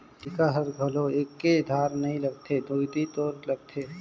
टीका हर घलो एके धार नइ लगथे दुदि तोर लगत हे